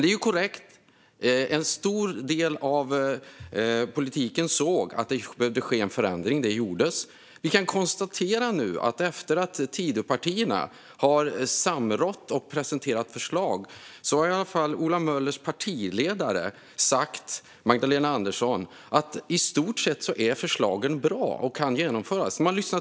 Det är korrekt att en stor del av politiken såg att det behövde ske en förändring, och en sådan skedde också. Vi kan nu konstatera att Ola Möllers partiledare, Magdalena Andersson, efter att Tidöpartierna hade samrått och presenterat förslag sa att förslagen i stort sett var bra och kunde genomföras.